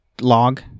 log